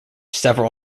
several